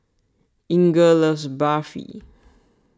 Inger loves Barfi